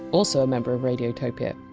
also a member of radiotopia.